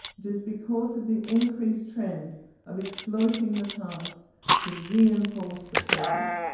it is because of the increased trend of exploiting the past to reinforce the present.